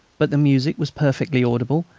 but the music was perfectly audible,